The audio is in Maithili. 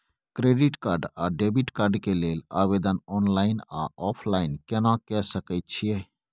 क्रेडिट कार्ड आ डेबिट कार्ड के लेल आवेदन ऑनलाइन आ ऑफलाइन केना के सकय छियै?